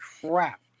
crap